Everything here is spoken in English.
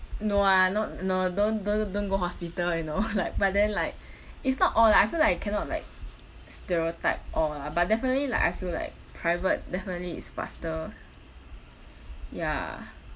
no ah not no don't don't don't go hospital you know like but then like it's not all lah I feel like cannot like stereotype all ah but definitely like I feel like private definitely is faster ya